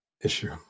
issue